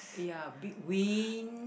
ya big wind